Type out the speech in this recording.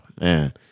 Man